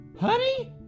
Honey